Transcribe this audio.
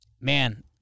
Man